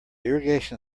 irrigation